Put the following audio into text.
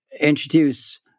introduce